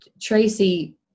Tracy